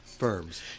firms